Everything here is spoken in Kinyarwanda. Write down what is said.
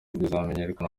bizamenyekana